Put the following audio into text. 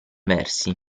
versi